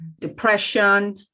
depression